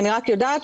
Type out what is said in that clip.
אני רק יודעת,